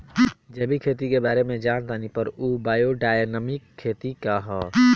जैविक खेती के बारे जान तानी पर उ बायोडायनमिक खेती का ह?